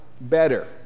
better